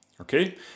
okay